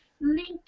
link